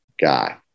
guy